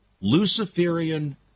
Luciferian